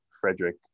Frederick